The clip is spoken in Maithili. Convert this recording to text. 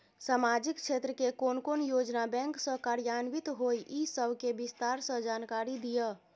सामाजिक क्षेत्र के कोन कोन योजना बैंक स कार्यान्वित होय इ सब के विस्तार स जानकारी दिय?